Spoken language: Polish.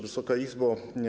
Wysoka Izbo!